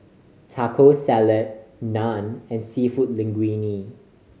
Taco Salad Naan and Seafood Linguine